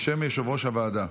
בשם יושב-ראש הוועדה.